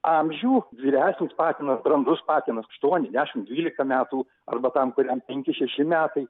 amžių vyresnis patinas brandus patinas aštuoni dešim dvylika metų arba tam kuriam penki šeši metai